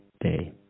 day